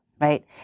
right